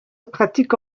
pratique